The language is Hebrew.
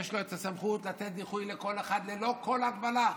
יש לו את הסמכות לתת דיחוי לכל אחד ללא כל הגבלה.